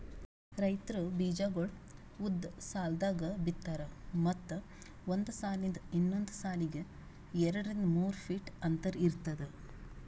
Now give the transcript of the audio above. ರೈತ್ರು ಬೀಜಾಗೋಳ್ ಉದ್ದ್ ಸಾಲ್ದಾಗ್ ಬಿತ್ತಾರ್ ಮತ್ತ್ ಒಂದ್ ಸಾಲಿಂದ್ ಇನ್ನೊಂದ್ ಸಾಲಿಗ್ ಎರಡರಿಂದ್ ಮೂರ್ ಫೀಟ್ ಅಂತರ್ ಇರ್ತದ